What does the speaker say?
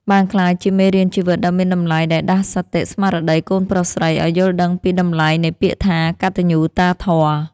បានក្លាយជាមេរៀនជីវិតដ៏មានតម្លៃដែលដាស់សតិស្មារតីកូនប្រុសស្រីឱ្យយល់ដឹងពីតម្លៃនៃពាក្យថា «កតញ្ញូតាធម៌»។